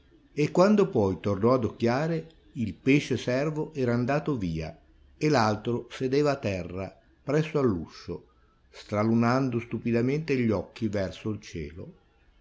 e quando poi tornò ad occhiare il pesce servo era andato via e l'altro sedeva a terra press'all'uscio stralunando stupidamente gli occhi verso il cielo